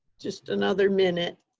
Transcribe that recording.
just another minute.